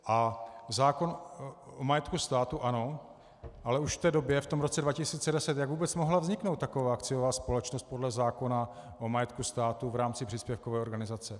A zákon o majetku státu, ano, ale už v té době, v tom roce 2010, jak vůbec mohla vzniknout taková akciová společnost podle zákona o majetku státu v rámci příspěvkové organizace?